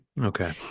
Okay